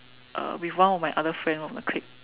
uh with one of my other friend from the clique